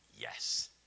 Yes